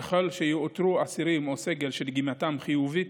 ככל שיאותרו אסירים או סגל שדגימתם חיובית,